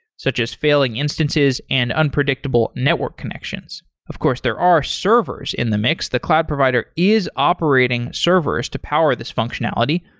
such as failing instances and unpredictable network connections. of course, there are servers in the mix the cloud provider is operating servers to power this functionality,